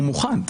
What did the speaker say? מוכן.